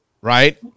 right